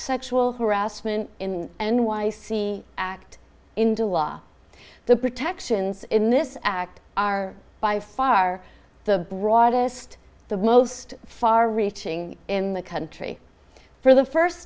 sexual harassment in n y c act into law the protections in this act are by far the broadest the most far reaching in the country for the first